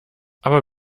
aber